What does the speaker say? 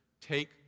take